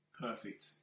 perfect